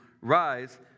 rise